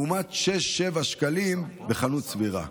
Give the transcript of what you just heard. לעומת 6 7 שקלים בחנות סבירה.